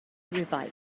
revival